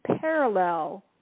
parallel